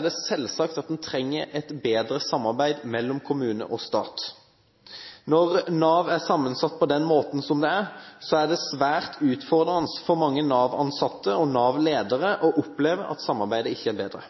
det selvsagt at en trenger et bedre samarbeid mellom kommune og stat. Når Nav er sammensatt på den måten det er, er det svært utfordrende for mange Nav-ansatte og Nav-ledere å oppleve at samarbeidet ikke er bedre.